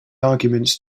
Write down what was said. arguments